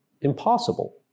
impossible